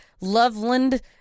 Loveland